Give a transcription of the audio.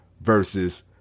versus